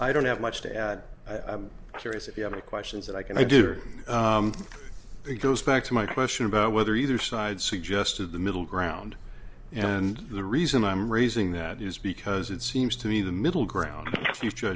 i don't have much to add i'm curious if you have any questions that i can i do it goes back to my question about whether either side suggested the middle ground and the reason i'm raising that is because it seems to me the middle ground